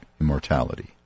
immortality